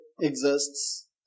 exists